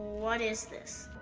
what is this?